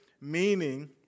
meaning